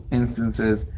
instances